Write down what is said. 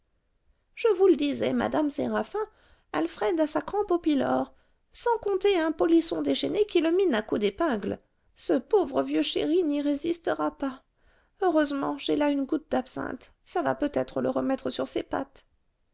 je vous le disais madame séraphin alfred a sa crampe au pylore sans compter un polisson déchaîné qui le mine à coups d'épingle ce pauvre vieux chéri n'y résistera pas heureusement j'ai là une goutte d'absinthe ça va peut-être le remettre sur ses pattes